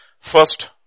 First